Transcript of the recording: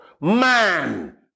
Man